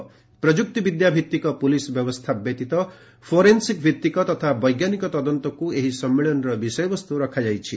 'ପ୍ରଯୁକ୍ତି ବିଦ୍ୟା ଭିଭିକ ପୁଲିସ୍ ବ୍ୟବସ୍ଥା ବ୍ୟତୀତ ଫୋରେନ୍ସିକ୍ ଭିତ୍ତିକ ତଥା ବୈଜ୍ଞାନିକ ତଦନ୍ତ'କୁ ଏହି ସମ୍ମିଳନୀର ବିଷୟବସ୍ତୁ ରଖାଯାଇଛି